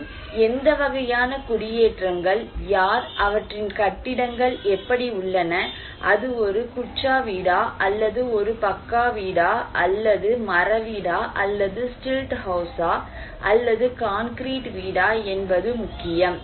மேலும் எந்த வகையான குடியேற்றங்கள் யார் அவற்றின் கட்டிடங்கள் எப்படி உள்ளன அது ஒரு கட்சா வீடா அல்லது ஒரு பக்கா வீடா அல்லது மர வீடா அல்லது ஸ்டில்ட் ஹவுஸா அல்லது கான்கிரீட் வீடா என்பது முக்கியம்